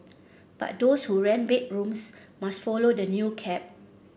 but those who rent bedrooms must follow the new cap